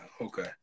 okay